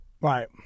right